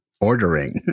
ordering